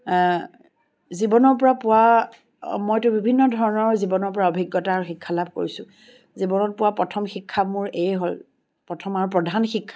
জীৱনৰ পৰা পোৱা মইতো বিভিন্ন ধৰণৰ জীৱনৰ পৰা অভিজ্ঞতা আৰু শিক্ষা লাভ কৰিছোঁ জীৱনত পোৱা প্ৰথম শিক্ষা মোৰ এয়ে হ'ল প্ৰথম আৰু প্ৰধান শিক্ষা